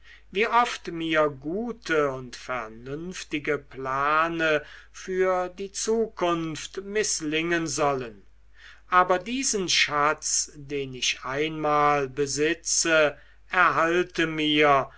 wie oft mir gute und vernünftige plane für die zukunft mißlingen sollen aber diesen schatz den ich einmal besitze erhalte mir